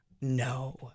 No